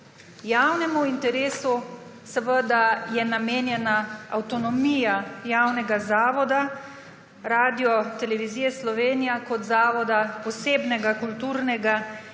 Javnemu interesu je namenjena avtonomija javnega zavoda, Radiotelevizije Slovenija kot zavoda posebnega kulturnega